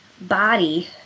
Body